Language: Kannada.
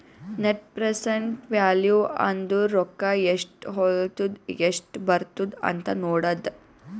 ನೆಟ್ ಪ್ರೆಸೆಂಟ್ ವ್ಯಾಲೂ ಅಂದುರ್ ರೊಕ್ಕಾ ಎಸ್ಟ್ ಹೊಲತ್ತುದ ಎಸ್ಟ್ ಬರ್ಲತ್ತದ ಅಂತ್ ನೋಡದ್ದ